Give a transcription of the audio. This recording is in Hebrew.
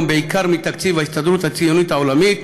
בעיקר מתקציב ההסתדרות הציונית העולמית,